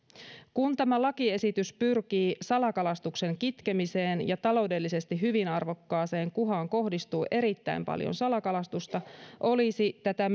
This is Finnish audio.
kun tämä lakiesitys pyrkii salakalastuksen kitkemiseen ja taloudellisesti hyvin arvokkaaseen kuhaan kohdistuu erittäin paljon salakalastusta olisi tätä